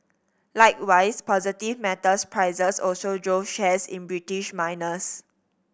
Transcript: likewise positive metals prices also drove shares in British miners